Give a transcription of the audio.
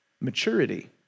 maturity